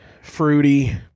Fruity